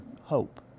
hope